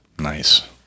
Nice